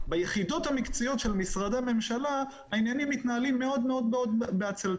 ביחידות המקצועיות של משרדי הממשלה העניינים מתנהלים מאוד בעצלתיים.